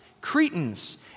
Cretans